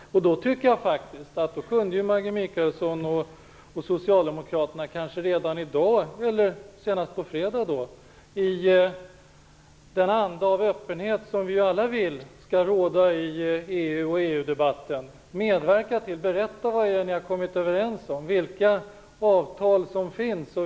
Då kunde faktiskt Maggie Mikaelsson och socialdemokraterna kanske redan i dag, eller senast på fredag, i den anda av öppenhet som vi alla vill skall råda i EU och EU-debatten, berätta vad det är ni har kommit överens om. Vilka avtal finns?